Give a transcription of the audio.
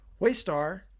Waystar